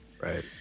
Right